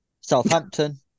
Southampton